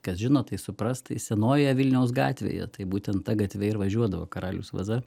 kas žino tai supras tai senojoje vilniaus gatvėje tai būtent ta gatve ir važiuodavo karalius vaza